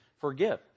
forgive